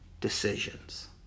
decisions